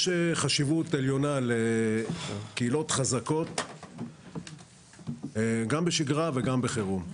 יש חשיבות עליונה לקהילות חזקות גם בשגרה וגם בחירום.